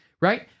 Right